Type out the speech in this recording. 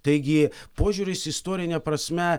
taigi požiūrius istorine prasme